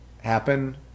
happen